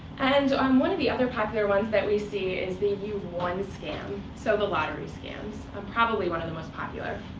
and um one of the other popular ones that we see is the you've won scam, so the lottery scams probably one of the most popular.